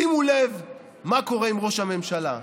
שימו לב מה קורה עם ראש הממשלה,